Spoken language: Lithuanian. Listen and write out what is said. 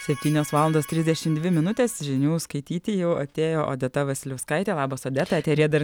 septynios valandos trisdešim dvi minutės žinių skaityti jau atėjo odeta vasiliauskaitė labas odeta eteryje dar